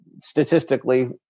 statistically